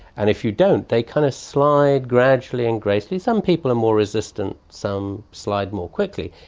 and if you don't they kind of slide gradually and gracefully. some people are more resistant, some slide more quickly.